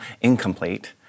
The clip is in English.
Incomplete